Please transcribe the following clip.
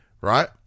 Right